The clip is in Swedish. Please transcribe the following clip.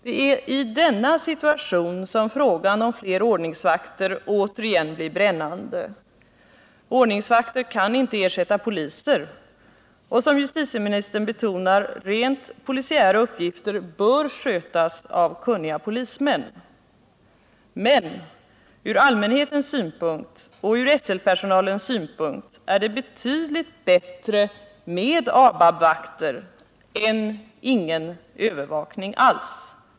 Det är i denna situation som frågan om fler ordningsvakter återigen blir brännande. Ordningsvakter kan inte ersätta poliser, och rent polisiära uppgifter bör som justitieministern betonar skötas av kunniga polismän. Men från allmänhetens synpunkt och från SL-personalens synpunkt är det betydligt bättre att ha ABAB-vakter än att inte ha någon övervakning alls.